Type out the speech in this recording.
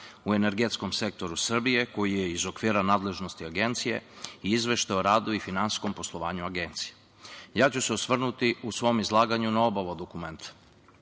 u energetskom sektoru Srbije, koji je iz okvira nadležnosti Agencije i Izveštaj o radu i finansijskom poslovanju Agencije. Ja ću se osvrnuti u svom izlaganju na oba ova